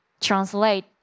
translate